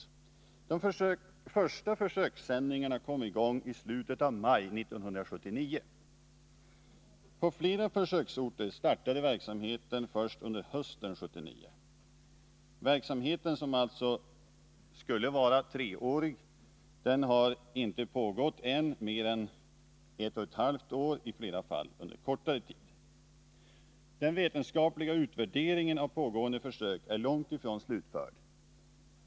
Onsdagen den De första försökssändningarna kom i gång i slutet av maj 1979. På flera 19 november 1980 försöksorter startade verksamheten först under hösten 1979. Verksamheten, som alltså skulle vara treårig, har ännu inte pågått i mer än ett och ett halvt år, Närradio i flera fall under kortare tid. Den vetenskapliga utvärderingen av pågående försök är långt ifrån slutförd.